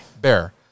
bear